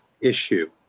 issue